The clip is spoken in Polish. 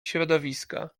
środowiska